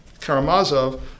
Karamazov